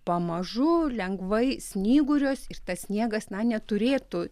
pamažu lengvai snyguriuos ir tas sniegas na neturėtų